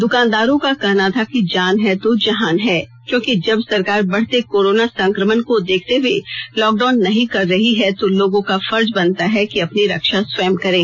दुकानदारों का कहना था कि जान है तो जहान है क्योंकि जब सरकार बढते कोरोना संक्रमण को देखते हुए लाँक डाउन नहीं कर रही है तो लोगों का फर्ज बनता है कि अपनी रक्षा स्वयं करें